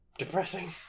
depressing